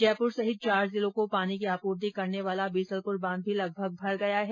जयप्र सहित चार जिलों को पानी की आपूर्ति करने वाला बीसलपुर बांध भी लगभग भर गया हैं